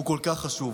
הוא כל כך חשוב.